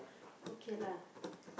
okay lah